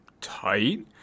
Tight